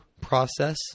process